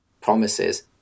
promises